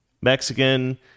Mexican